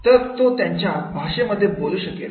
तर तो त्यांच्या भाषेमध्ये बोलू शकेल